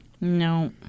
No